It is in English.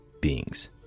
beings